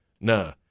Nah